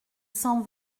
cent